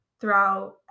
throughout